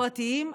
הפרטיים,